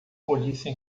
polícia